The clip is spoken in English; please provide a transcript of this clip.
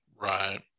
Right